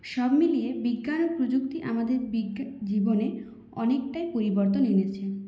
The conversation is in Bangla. সবমিলিয়ে বিজ্ঞান ও প্রযুক্তি আমাদের জীবনে অনেকটাই পরিবর্তন এনেছে